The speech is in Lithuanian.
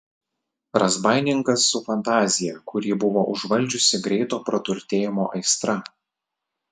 razbaininkas su fantazija kurį buvo užvaldžiusi greito praturtėjimo aistra